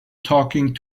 talking